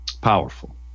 powerful